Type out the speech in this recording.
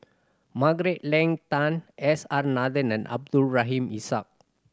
Margaret Leng Tan S R Nathan and Abdul Rahim Ishak